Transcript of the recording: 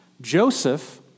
Joseph